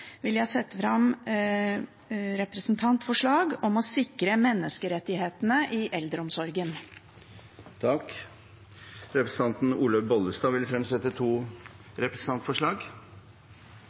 vil jeg sette fram representantforslag om å sikre menneskerettighetene i eldreomsorgen. Representanten Olaug V. Bollestad vil fremsette to representantforslag.